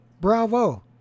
bravo